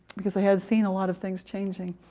because i had seen a lot of things changing.